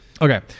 Okay